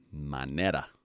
manera